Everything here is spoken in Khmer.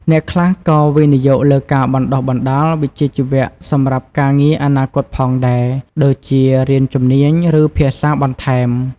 អ្នកខ្លះក៏វិនិយោគលើការបណ្ដុះបណ្ដាលវិជ្ជាជីវៈសម្រាប់ការងារអនាគតផងដែរ ដូចជារៀនជំនាញ ឬ ភាសាបន្ថែម។